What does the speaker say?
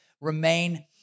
remain